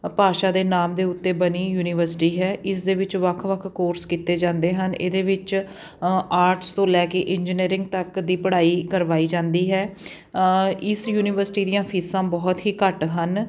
ਭਾਸ਼ਾ ਦੇ ਨਾਮ ਦੇ ਉੱਤੇ ਬਣੀ ਯੂਨੀਵਰਸਿਟੀ ਹੈ ਇਸ ਦੇ ਵਿੱਚ ਵੱਖ ਵੱਖ ਕੋਰਸ ਕੀਤੇ ਜਾਂਦੇ ਹਨ ਇਹਦੇ ਵਿੱਚ ਆਰਟਸ ਤੋਂ ਲੈ ਕੇ ਇੰਜਨੀਅਰਿੰਗ ਤੱਕ ਦੀ ਪੜ੍ਹਾਈ ਕਰਵਾਈ ਜਾਂਦੀ ਹੈ ਇਸ ਯੂਨੀਵਰਸਿਟੀ ਦੀਆਂ ਫੀਸਾਂ ਬਹੁਤ ਹੀ ਘੱਟ ਹਨ